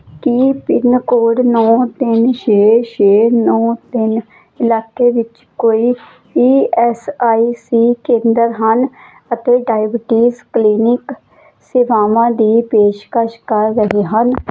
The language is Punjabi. ਕੀ ਪਿੰਨਕੋਡ ਨੌਂ ਤਿੰਨ ਛੇ ਛੇ ਨੋ ਤਿੰਨ ਇਲਾਕੇ ਵਿੱਚ ਕੋਈ ਈ ਐੱਸ ਆਈ ਸੀ ਕੇਂਦਰ ਹਨ ਅਤੇ ਡਾਇਬੀਟੀਜ਼ ਕਲੀਨਿਕ ਸੇਵਾਵਾਂ ਦੀ ਪੇਸ਼ਕਸ਼ ਕਰ ਰਹੇ ਹਨ